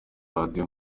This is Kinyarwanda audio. radio